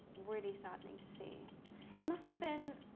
really starting to see it must have been